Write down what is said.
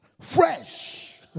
fresh